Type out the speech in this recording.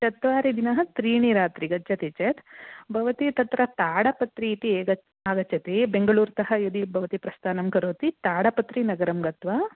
चत्वारिदिनाः त्रीणिरात्रयः गच्छति चेत् भवती तत्र ताडपत्रि इति एकः आगच्छति बेङ्गलूर्तः यदि भवती प्रस्थानं करोति ताडपत्रिनगरं गत्वा